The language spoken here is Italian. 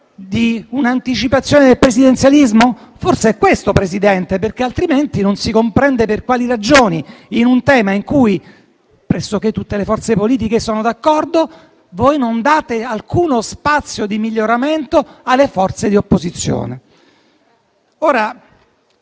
di un'anticipazione del presidenzialismo? Forse è questo, Presidente, perché altrimenti non si comprende per quali ragioni, in un tema in cui pressoché tutte le forze politiche sono d'accordo, voi non date alcuno spazio di miglioramento alle forze di opposizione.